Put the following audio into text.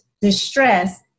distress